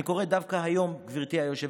גברתי היושבת-ראש,